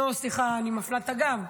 לא, סליחה, אני מפנה את הגב,